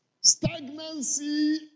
Stagnancy